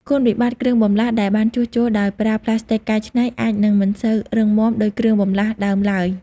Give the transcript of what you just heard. គុណវិបត្តិគ្រឿងបន្លាស់ដែលបានជួសជុលដោយប្រើផ្លាស្ទិកកែច្នៃអាចនឹងមិនសូវរឹងមាំដូចគ្រឿងបន្លាស់ដើមឡើយ។